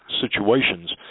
situations